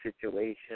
situation